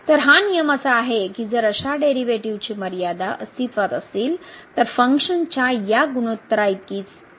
तर हा नियम असा आहे की जर अशा डेरिव्हेटिव्ह्जची मर्यादा अस्तित्वात असतील तर फंक्शनच्या या गुणोत्तरा इतकीच मर्यादा असेल